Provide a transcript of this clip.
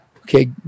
Okay